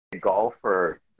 golfer –